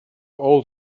old